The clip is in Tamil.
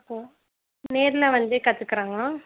ஓ நேரில் வந்தே கத்துக்கிறாங்களா